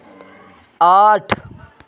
आठ